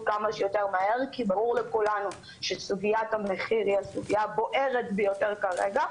ברור לכולנו שסוגיית המחיר היא הסוגיה הבוערת ביותר כרגע,